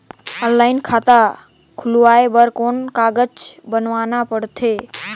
Online खाता खुलवाय बर कौन कागज बनवाना पड़थे?